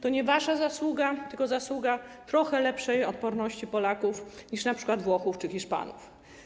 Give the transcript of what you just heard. To nie wasza zasługa, tylko zasługa trochę lepszej odporności Polaków niż np. Włochów czy Hiszpanów.